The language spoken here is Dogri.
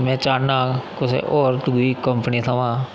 में चाह्न्नां कुसै होर दूई कंपनी थमां